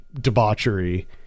debauchery